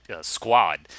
squad